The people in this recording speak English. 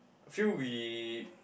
I feel we